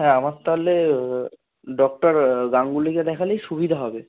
হ্যাঁ আমার তাহলে ডক্টর গাঙ্গুলিকে দেখালেই সুবিধা হবে